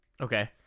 Okay